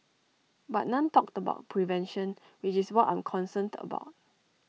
but none talked about prevention which is what I'm concerned about